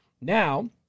now